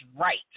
right